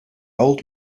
old